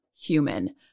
human